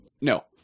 no